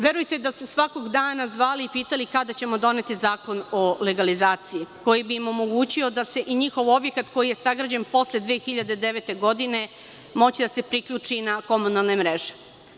Verujte da su svakog dana zvali i pitali kada ćemo doneti zakon o legalizaciji, koji bi im omogućio da se i njihov objekat, koji je sagrađen posle 2009. godine, moći da se priključi na komunalne mreže.